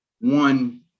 one